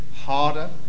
harder